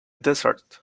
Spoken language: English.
desert